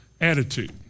attitude